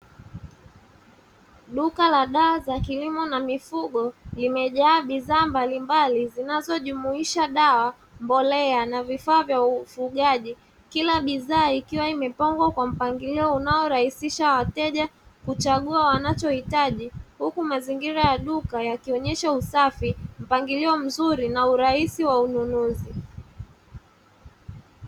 Duka la dawa za kilimo na mifugo limejaa bidhaa mbalimbali zinazojumuisha dawa, mbolea, na vifaa vya ufugaji, kila bidhaa ikiwa imepangwa kwa mpangilio unaorahisisha wateja kuchagua wanachohitaji, huku mazingira ya duka yakionyesha usafi, mpangilio mzuri, na urahisi wa ununuzi.